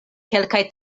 kelkaj